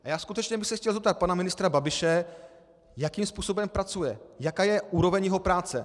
A já skutečně bych se chtěl zeptat pana ministra Babiše, jakým způsobem pracuje, jaká je úroveň jeho práce.